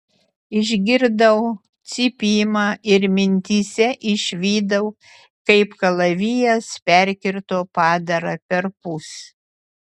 išgirdau cypimą ir mintyse išvydau kaip kalavijas perkirto padarą perpus